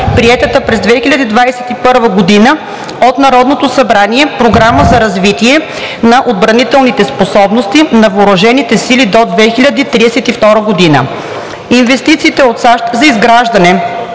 приетата през 2021 г. от Народното събрание Програма за развитие на отбранителните способности на въоръжените сили до 2032 г. Инвестициите от САЩ за изграждане